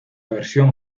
versión